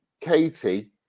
Katie